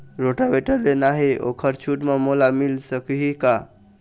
Rotavator लेना हे ओहर छूट म मोला मिल सकही का?